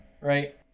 right